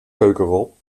keukenrol